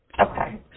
Okay